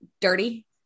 dirty